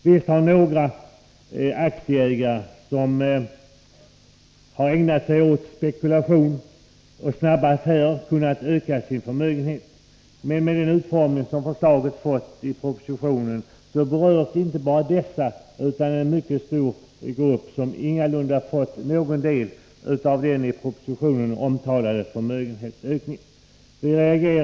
Visst har några aktieägare som ägnat sig åt spekulation och snabba affärer kunnat öka sin förmögenhet. Men med den utformning som förslaget fått i propositionen berörs inte bara dessa utan också en mycket stor grupp som ingalunda fått någon del av den i propositionen omtalade förmögenhetsökningen.